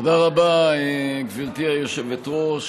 תודה רבה, גברתי היושבת-ראש.